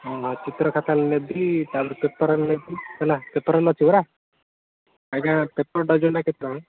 ହଁ ଚିତ୍ର ଖାତା ନେବି ତାହେଲେ ପେପର୍ ନେବି ହେଲା ପେପର୍ ନେଉଛି ହେଲା ଆଜ୍ଞା ପେପର୍ ଡଜ଼ନ୍ ଟା କେତେ ଟଙ୍କା